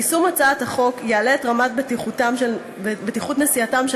יישום הצעת החוק יעלה את רמת בטיחות נסיעתם של